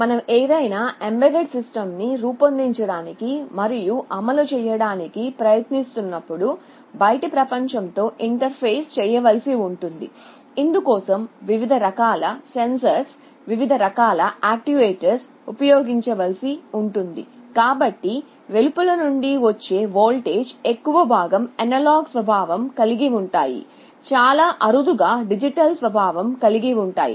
మనం ఏదయినా ఎంబెడెడ్ సిస్టమ్ను రూపొందించడానికి మరియు అమలు చేయడానికి ప్రయత్నిస్తున్నప్పుడు బయటి ప్రపంచంతో ఇంటర్ఫేస్ చేయాల్సివుంటుంది ఇందుకోసం వివిధ రకాల సెన్సార్లు వివిధ రకాల యాక్యుయేటర్లను ఉపయోగించాల్సిఉంటుంది కాబట్టి వెలుపల నుండి వచ్చే వోల్టేజీలు ఎక్కువ భాగం అనలాగ్ స్వభావం కలిగి ఉంటాయి చాలా అరుదుగా డిజిటల్ స్వభావం కలిగి ఉంటాయి